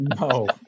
No